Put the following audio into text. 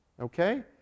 Okay